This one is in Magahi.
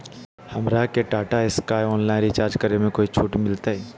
हमरा के टाटा स्काई ऑनलाइन रिचार्ज करे में कोई छूट मिलतई